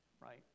Right